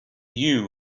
you